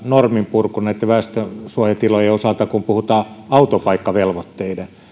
norminpurku näitten väestönsuojatilojen osalta on vähän samanlaista kuin silloin kun puhutaan autopaikkavelvoitteiden